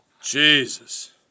Jesus